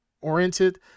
oriented